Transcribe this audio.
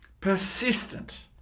persistent